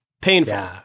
Painful